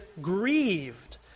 grieved